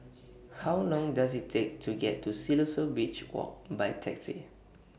How Long Does IT Take to get to Siloso Beach Walk By Taxi